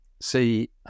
see